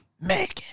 Megan